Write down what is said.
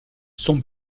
son